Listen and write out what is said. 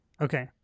Okay